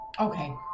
Okay